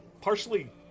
partially